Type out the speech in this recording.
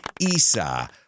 Isa